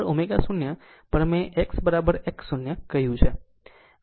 આમ ω ω0 પર મેં X X 0 કહ્યું